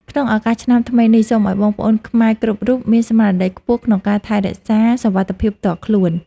ក្នុងឱកាសឆ្នាំថ្មីនេះ សូមឱ្យបងប្អូនខ្មែរគ្រប់រូបមានស្មារតីខ្ពស់ក្នុងការថែរក្សាសុវត្ថិភាពផ្ទាល់ខ្លួន។